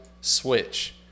switch